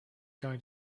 going